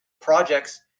projects